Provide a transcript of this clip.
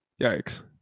yikes